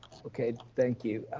okay, thank you.